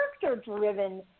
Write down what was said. character-driven